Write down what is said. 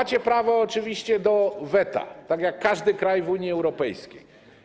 Macie prawo oczywiście do weta, tak jak każdy kraj w Unii Europejskiej.